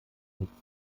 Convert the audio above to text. nichts